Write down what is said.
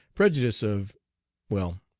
prejudice of well,